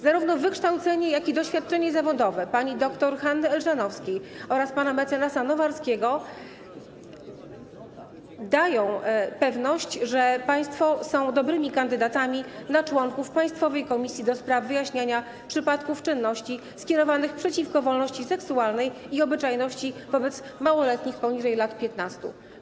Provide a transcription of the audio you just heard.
Zarówno wykształcenie, jak i doświadczenie zawodowe pani dr Hanny Elżanowskiej oraz pana mecenasa Nowarskiego dają pewność, że są oni dobrymi kandydatami na członków Państwowej Komisji do spraw wyjaśniania przypadków czynności skierowanych przeciwko wolności seksualnej i obyczajności wobec małoletniego poniżej lat 15.